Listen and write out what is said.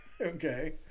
Okay